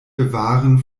bewahren